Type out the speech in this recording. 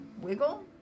wiggle